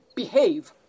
Behave